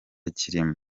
kirimo